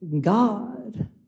God